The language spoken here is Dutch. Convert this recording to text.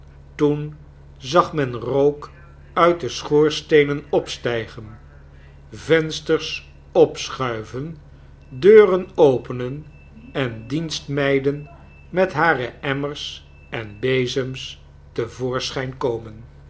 toen zag men rook uit de schoorsteenen opstijgen vensters opschuiven deuren openen en dienstmeiden met hare emmers en bezems te voorschijn komen